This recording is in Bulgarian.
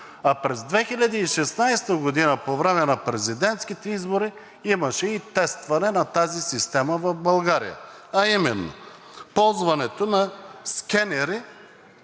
г. През 2016 г. по време на президентските избори имаше и тестване на тази система в България, а именно ползването на скенери